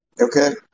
okay